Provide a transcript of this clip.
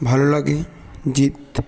ভালো লাগে জিৎ